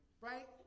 Right